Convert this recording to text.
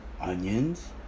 onions